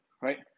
right